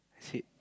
sit